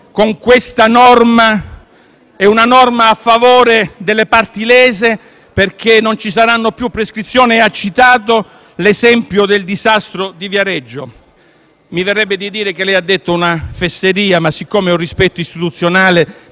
è una norma a favore delle parti lese, perché non ci saranno più prescrizioni, e ha citato l'esempio del disastro di Viareggio. Mi verrebbe da dire che lei ha detto una fesseria, ma per rispetto istituzionale dico che lei ha detto un'inesattezza.